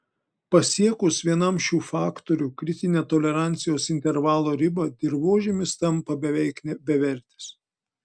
pasiekus vienam šių faktorių kritinę tolerancijos intervalo ribą dirvožemis tampa beveik bevertis